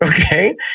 Okay